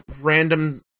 random